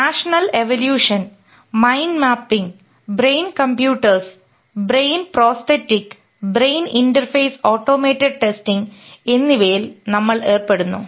national evolution mind mapping brain computers and brain prosthetic brain interface automated testing എന്നിവയിൽ നമ്മൾ ഏർപ്പെടുന്നു